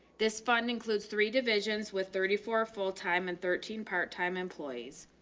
this fund includes three divisions with thirty four full time and thirteen part time employees.